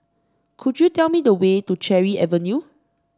could you tell me the way to Cherry Avenue